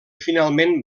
finalment